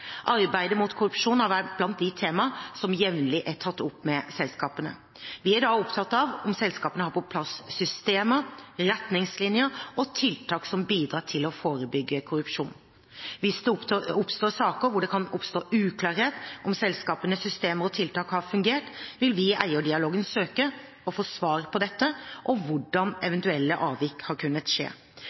Arbeidet mot korrupsjon har vært blant de tema som jevnlig er tatt opp med selskapene. Vi er da opptatt av om selskapene har på plass systemer, retningslinjer og tiltak som bidrar til å forebygge korrupsjon. Hvis det oppstår saker hvor det kan oppstå uklarhet om hvorvidt selskapenes systemer og tiltak har fungert, vil vi i eierdialogen søke å få svar på dette og på hvordan eventuelle avvik har kunnet skje.